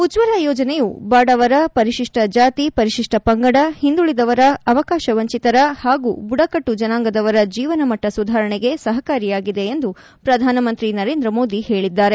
ಉಜ್ಲಲ ಯೋಜನೆಯು ಬಡವರ ಪರಿಶಿಷ್ಲ ಜಾತಿಪರಿಶಿಷ್ಲ ಪಂಗಡ ಹಿಂದುಳಿದವರ ಅವಕಾಶವಂಚಿತರ ಹಾಗೂ ಬುಡಕಟ್ಟು ಜನಾಂಗದವರ ಜೀವನಮಟ್ಟ ಸುಧಾರಣೆಗೆ ಸಹಕಾರಿಯಾಗಿದೆ ಎಂದು ಪ್ರಧಾನಮಂತ್ರಿ ನರೇಂದ್ರ ಮೋದಿ ಹೇಳಿದ್ದಾರೆ